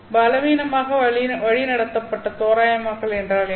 பலவீனமாக வழிநடத்தப்பட்ட தோராயமாக்கல் என்றால் என்ன